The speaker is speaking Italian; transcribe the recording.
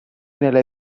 nelle